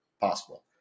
possible